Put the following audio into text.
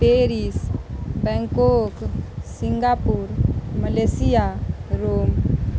Paris Bangkok Singapore Malaysia Rome